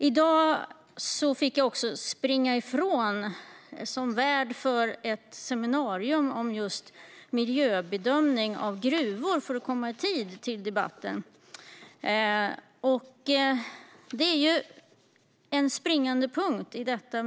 I dag var jag värd för ett seminarium om miljöbedömning av gruvor som jag fick springa ifrån för att komma i tid till debatten.